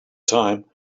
time